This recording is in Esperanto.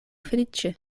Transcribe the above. feliĉe